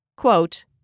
Quote